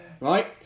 right